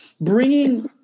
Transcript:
bringing